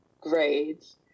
grades